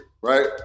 right